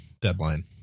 deadline